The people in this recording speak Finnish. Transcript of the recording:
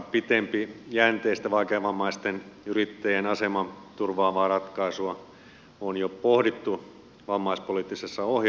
oikeastaan pitempijänteistä vaikeavammaisten yrittäjien asemaa turvaavaa ratkaisua on jo pohdittu vammaispoliittisessa ohjelmassa